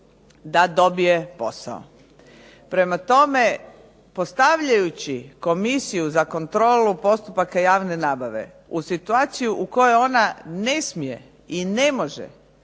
da dobije posao. Prema tome, postavljajući Komisiju za kontrolu postupaka javne nabave u situaciju u kojoj ona ne smije i ne može